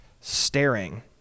staring